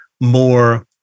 more